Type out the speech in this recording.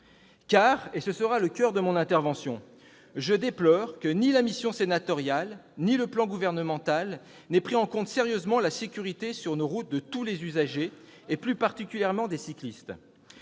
effet- ce sera le coeur de mon intervention -, je déplore que ni la mission sénatoriale ni le plan gouvernemental n'aient sérieusement pris en compte la sécurité, sur nos routes, de tous les usagers, et plus particulièrement des cyclistes.